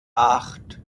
acht